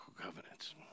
covenants